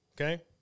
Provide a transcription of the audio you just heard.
okay